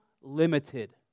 limited